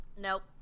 Nope